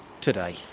today